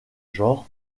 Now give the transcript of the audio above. genres